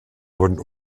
wurden